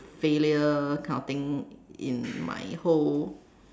failure kind of thing in my whole